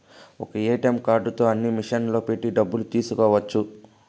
ఒక్క ఏటీఎం కార్డుతో అన్ని మిషన్లలో పెట్టి డబ్బులు తీసుకోవచ్చు